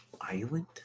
Island